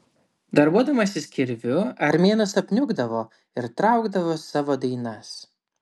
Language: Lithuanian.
darbuodamasis kirviu armėnas apniukdavo ir traukdavo savo dainas